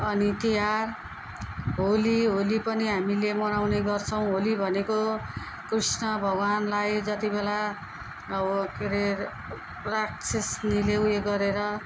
अनि तिहार होली होली पनि हामीले मनाउने गर्छौँ होली भनेको कृष्ण भगवान्लाई जति बेला अब के अरे राक्षसनीले उयो गरेर